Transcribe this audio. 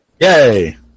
Yay